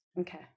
Okay